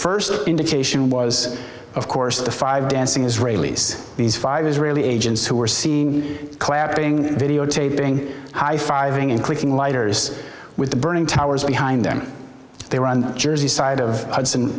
first indication was of course of the five dancing israelis these five israeli agents who were seen clapping videotaping high five ing and clicking lighters with the burning towers behind them they were on the jersey side of the